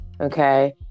okay